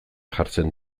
jartzen